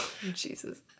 Jesus